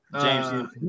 James